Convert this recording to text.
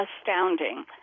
astounding